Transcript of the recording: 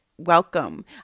welcome